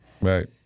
Right